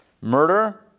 Murder